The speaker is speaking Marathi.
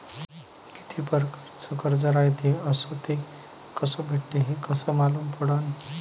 कितीक परकारचं कर्ज रायते अस ते कस भेटते, हे कस मालूम पडनं?